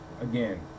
again